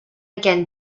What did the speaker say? again